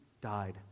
died